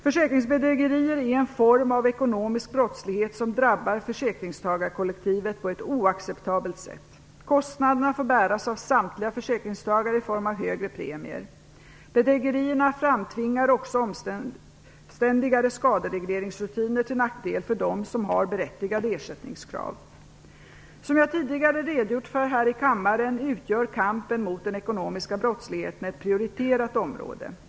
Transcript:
Försäkringsbedrägerier är en form av ekonomisk brottslighet som drabbar försäkringstagarkollektivet på ett oacceptabelt sätt. Kostnaderna får bäras av samtliga försäkringstagare i form av högre premier. Bedrägerierna framtvingar också omständligare skaderegleringsrutiner, till nackdel för dem som har berättigade ersättningskrav. Som jag tidigare redogjort för här i kammaren utgör kampen mot den ekonomiska brottsligheten ett prioriterat område.